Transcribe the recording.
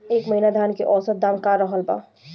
एह महीना धान के औसत दाम का रहल बा?